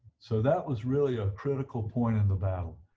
so that was really a critical point in the battle